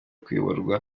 kuyoborwa